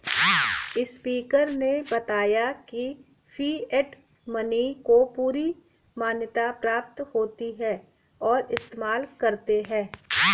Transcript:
speaker ने बताया की फिएट मनी को पूरी मान्यता प्राप्त होती है और इस्तेमाल करते है